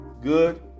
Good